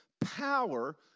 power